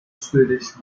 swedish